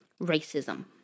racism